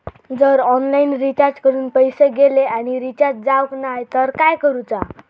जर online recharge करून पैसे गेले आणि रिचार्ज जावक नाय तर काय करूचा?